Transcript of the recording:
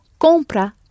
compra